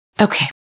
okay